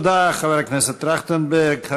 חבר הכנסת טרכטנברג, תודה.